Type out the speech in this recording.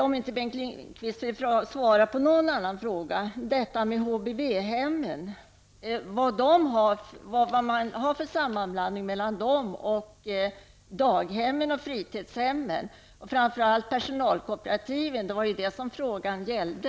Om inte Bengt Lindqvist vill svara på någon annan fråga vill jag ändå veta detta med HVB-hemmen. Vad har man för sammanblandning mellan dem och daghemmen, fritidshemmen och framför allt personalkooperativ? Det var detta frågan gällde.